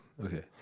okay